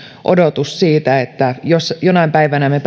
odotus siitä että jos jonain päivänä me